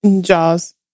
Jaws